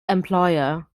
employer